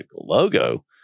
logo